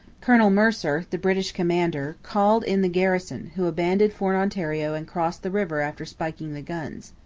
colonel mercer, the british commander, called in the garrison, who abandoned fort ontario and crossed the river after spiking the guns.